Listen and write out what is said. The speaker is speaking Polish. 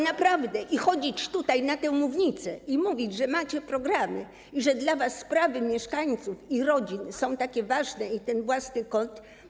Naprawdę, wchodzić na tę mównicę i mówić, że macie programy i że dla was sprawy mieszkańców i rodzin są takie ważne i ten własny kąt.